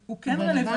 הוא כן רלוונטי,